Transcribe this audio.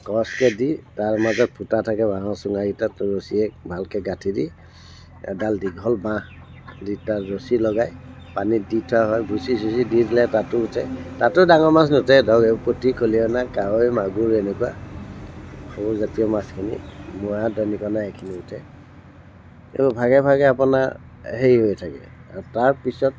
ক্ৰছকৈ দি তাৰ মাজত ফুটা থাকে বাঁহৰ চুঙাকেইটাত ৰচীৰে ভালকৈ গাঁঠি দি এডাল দীঘল বাঁহ দি তাত ৰচি লগাই পানীত দি থোৱা হয় ভুচি চুচি দি দিলে তাতো উঠে তাতো ডাঙৰ মাছ নুঠে ধৰক এই পুঠি খলিহনা কাৱৈ মাগুৰ এনেকুৱা সৰুজাতীয় মাছখিনি মোৱা দনিকণা এইখিনি উঠে এইবোৰ ভাগে ভাগে আপোনা হেৰি হৈ থাকে আৰু তাৰপিছত